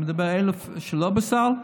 אני מדבר על אלה שלא בסל,